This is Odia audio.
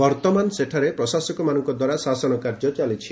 ବର୍ତ୍ତମାନ ସେଠାରେ ପ୍ରଶାସକମାନଙ୍କ ଦ୍ୱାରା ଶାସନ କାର୍ଯ୍ୟ ଚାଲିଛି